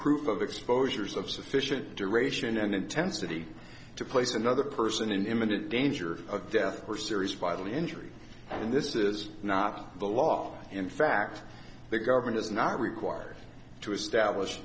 proof of exposures of sufficient duration and intensity to place another person in imminent danger of death or serious bodily injury and this is not the law in fact the government is not required to establish